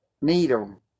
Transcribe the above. needle